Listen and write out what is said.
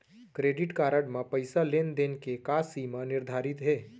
Credit card म पइसा लेन देन के का सीमा निर्धारित हे?